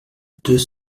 deux